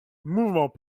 mouvement